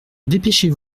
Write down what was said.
dépêchez